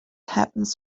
happens